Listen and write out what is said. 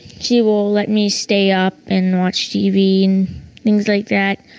she will let me stay up and watch tv and things like that.